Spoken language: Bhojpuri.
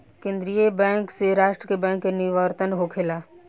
केंद्रीय बैंक से राष्ट्र के बैंक के निवर्तन होखेला